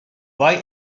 why